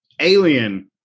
Alien